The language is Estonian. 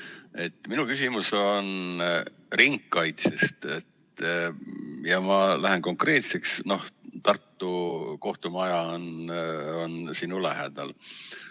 Minu küsimus on ringkaitse kohta. Ma lähen konkreetseks. Tartu kohtumaja on sinu lähedal.